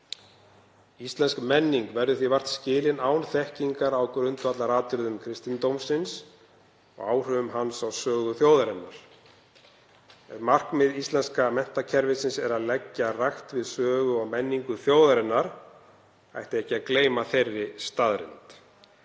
Íslensk menning verður því vart skilin án þekkingar á grundvallaratriðum kristindómsins og áhrifum hans á sögu þjóðarinnar. Ef markmið íslenska menntakerfisins er að leggja rækt við sögu og menningu þjóðarinnar ætti ekki að gleyma þeirri staðreynd.